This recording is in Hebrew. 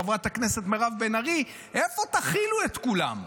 חברת הכנסת מירב בן ארי: איפה תכילו את כולם?